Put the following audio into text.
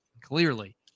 clearly